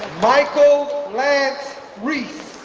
michael lance reese,